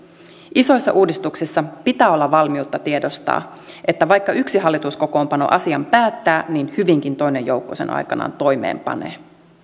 isoissa uudistuksissa pitää olla valmiutta tiedostaa että vaikka yksi hallituskokoonpano asian päättää niin hyvinkin toinen joukko sen aikanaan toimeenpanee